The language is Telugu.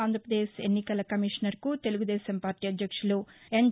ఆంధ్రాపదేశ్ ఎన్నికల కమిషనర్కు తెలుగుదేశం పార్టీ అధ్యక్షులు ఎన్